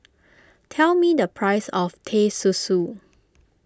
tell me the price of Teh Susu